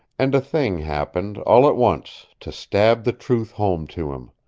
and a thing happened, all at once, to stab the truth home to him.